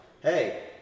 hey